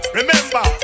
Remember